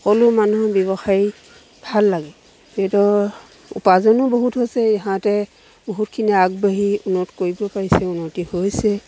সকলো মানুহ ব্যৱসায়ী ভাল লাগে ইহঁতৰ উপাৰ্জনো বহুত হৈছে ইহঁতে বহুতখিনি আগবাঢ়ি উন্নত কৰিব পাৰিছে উন্নতি হৈছে